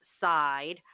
side